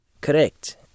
Correct